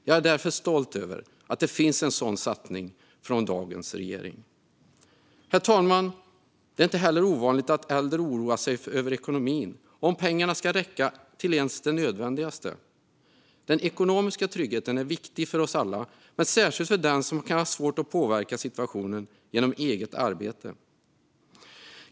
Jag är därför stolt över att det finns med en sådan satsning från dagens regering. Herr talman! Det är inte heller ovanligt att äldre oroar sig över ekonomin och om pengarna ska räcka till ens det nödvändigaste. Den ekonomiska tryggheten är viktig för alla men särskilt för den som kan ha svårt att påverka situationen genom eget arbete.